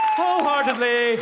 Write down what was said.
wholeheartedly